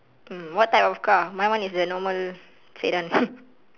mm what type of car my one is the normal sedan